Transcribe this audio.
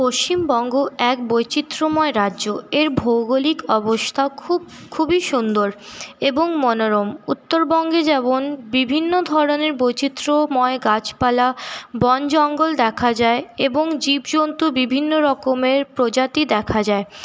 পশ্চিমবঙ্গ এক বৈচিত্রময় রাজ্য এর ভৌগলিক অবস্থা খুব খুবই সুন্দর এবং মনোরম উত্তরবঙ্গে যেমন বিভিন্ন ধরনের বৈচিত্রময় গাছপালা বন জঙ্গল দেখা যায় এবং জীবজন্তু বিভিন্নরকমের প্রজাতি দেখা যায়